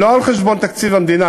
לא על חשבון תקציב המדינה.